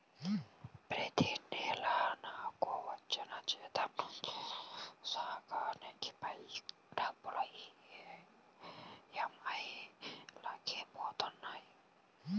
ప్రతి నెలా నాకు వచ్చిన జీతం నుంచి సగానికి పైగా డబ్బులు ఈ.ఎం.ఐ లకే పోతన్నాయి